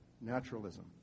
naturalism